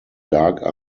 dark